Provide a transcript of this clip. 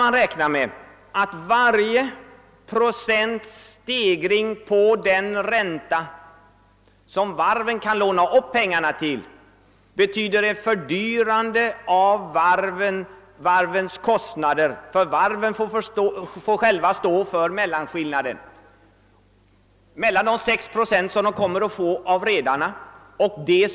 Varven får själva stå för mellanskillnaden mellan den ränta de får betala på marknaden och de 6 procent — eller på gamla kontrakt 5,5 procent — som de kommer att få av redarna.